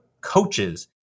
coaches